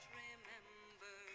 remember